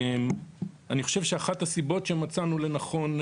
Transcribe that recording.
אני חושב שאחת הסיבות שמצאתי לנכון לפעול,